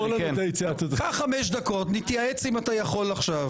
קח חמש דקות, נתייעץ אם אתה יכול ללכת